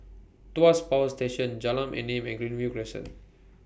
Tuas Power Station Jalan Enam and Greenview Crescent